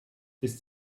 ist